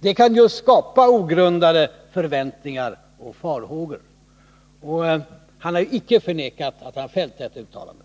Det kan skapa just ogrundade förväntningar och farhågor. Och försvarsministern har icke förnekat att han gjort detta uttalande.